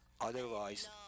Otherwise